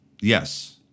Yes